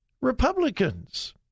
Republicans